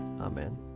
Amen